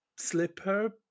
slipper